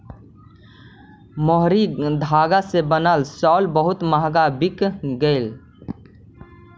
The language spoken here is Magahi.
मोहरी धागा से बनल शॉल बहुत मँहगा बिकऽ हई